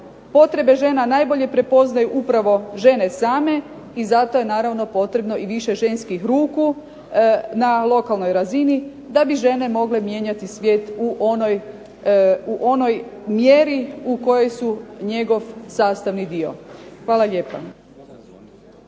potrebe žena prepoznaju upravo žene same i zato je potrebno više ženskih ruku na lokalnoj razini da bi žene mogle mijenjati svijet u onoj mjeri u kojoj su njegov sastavni dio. Hvala lijepa.